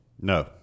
No